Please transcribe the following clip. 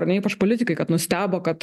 ar ne ypač politikai kad nustebo kad